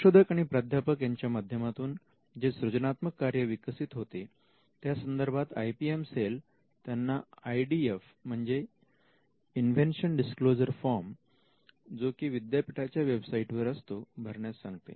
संशोधक आणि प्राध्यापक यांच्या माध्यमातून जे सृजनात्मक कार्य विकसित होते त्यासंदर्भात आय पी एम सेल त्यांना आय डी एफ म्हणजे इंन्व्हेन्शन डीसक्लोजर फॉर्म जो की विद्यापीठाच्या वेबसाइटवर असतो भरण्यास सांगते